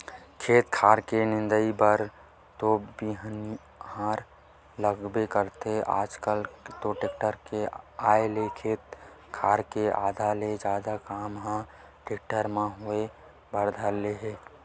खेत खार के निंदई बर तो बनिहार लगबे करथे आजकल तो टेक्टर के आय ले खेत खार के आधा ले जादा काम ह टेक्टर म होय बर धर ले हे